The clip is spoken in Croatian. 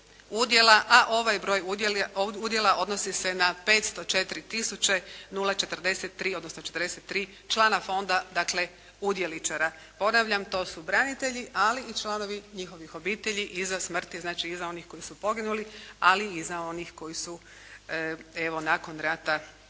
a ovaj broj udjela odnosi se na 504 tisuće 043, odnosno 43 člana fonda, dakle udjeličara. Ponavljam to su branitelji, ali i članovi njihovih obitelji iza smrti, znači iza onih koji su poginuli i za onih koji su evo nakon rata